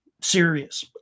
serious